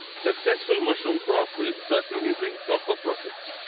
successful mushroom crop will certainly bring bumper pro